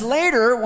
later